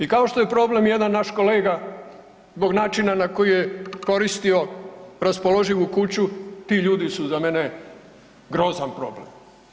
I kao što je problem jedan naš kolega zbog načina na koji je koristio raspoloživu kuću ti ljudi su za mene grozan problem.